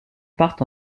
partent